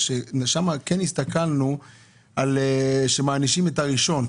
שכן הסתכלנו על כך שמענישים את הראשון,